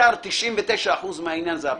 99% מהעניין זה הפרסום.